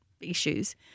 issues